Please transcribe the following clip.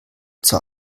zur